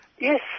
Yes